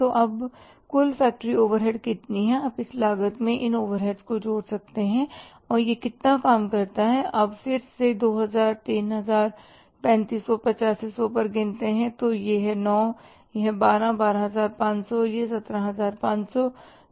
तो अब कुल फैक्ट्री ओवरहेड्स कितनी है आप इस लागत में इन ओवरहेड्स को जोड़ सकते हैं और यह कितना काम करता है अब इसे फिर से 2000 3000 3500 8500 पर गिनते हैं तो यह 9 है 12 12500 और यह 17500 है